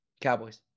Cowboys